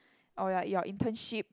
orh ya your internship